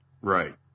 Right